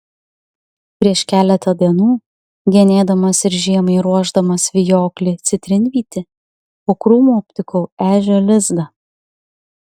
prieš keletą dienų genėdamas ir žiemai ruošdamas vijoklį citrinvytį po krūmu aptikau ežio lizdą